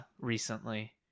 recently